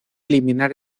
eliminar